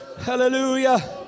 hallelujah